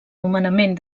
nomenament